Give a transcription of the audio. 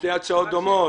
שתי ההצעות דומות,